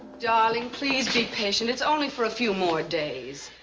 darling, please be patient. it's only for a few more days.